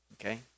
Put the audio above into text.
Okay